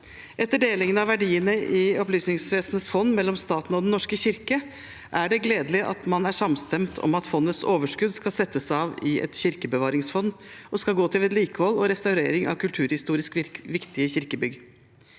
Etter delingen av verdie- ne i Opplysningsvesenets fond mellom staten og Den norske kirke er det gledelig at man er samstemt om at fondets overskudd skal settes av i et kirkebevaringsfond og gå til vedlikehold og restaurering av kulturhistorisk viktige kirkebygg.